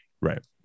Right